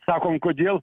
sakom kodėl